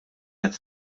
qed